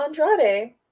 Andrade